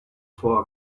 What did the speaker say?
for